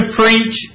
preach